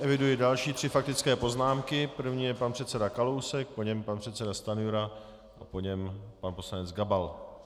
Eviduji další tři faktické poznámky, první je pan předseda Kalousek, po něm pan předseda Stanjura a po něm pan poslanec Gabal.